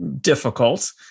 difficult